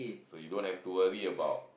so you don't have to worry about